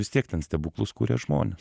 vis tiek ten stebuklus kuria žmonės